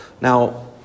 Now